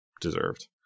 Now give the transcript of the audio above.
deserved